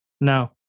No